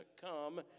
come